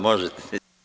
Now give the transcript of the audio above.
Možete.